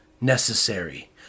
necessary